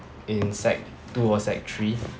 in sec two or sec three